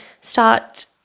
Start